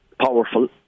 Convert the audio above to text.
powerful